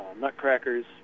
nutcrackers